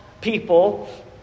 people